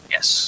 Yes